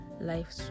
life